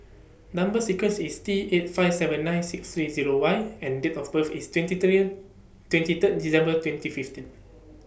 Number sequence IS T eight five seven nine six three Zero Y and Date of birth IS twenty three twenty Third December twenty fifteen